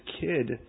kid